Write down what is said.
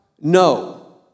No